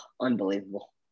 unbelievable